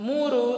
Muru